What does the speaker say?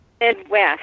Midwest